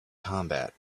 combat